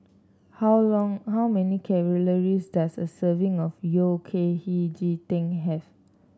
how long how many calories does a serving of Yao Cai Hei Ji Tang have